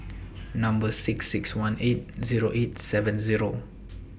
Number six six one eight Zero eight seven Zero